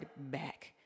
back